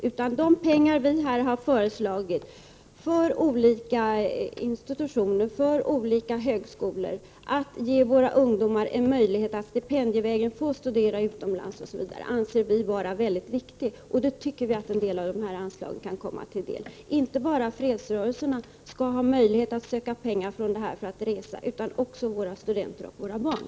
Att anslå pengar till olika institutioner och olika högskolor för att våra ungdomar stipendievägen skall få möjlighet att studera utomlands anser vi vara väldigt viktigt. Då tycker vi att en del av detta anslag kan gå dit. Inte bara fredsrörelserna skall ha möjlighet att söka pengar utan även våra studenter och våra barn.